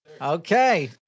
okay